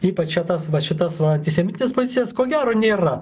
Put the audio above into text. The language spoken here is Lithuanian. ypač čia tas va šitas va antisemitizmas jas ko gero nėra